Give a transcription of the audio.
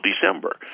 December